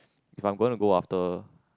if I'm going to go after